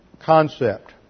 concept